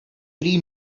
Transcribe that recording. three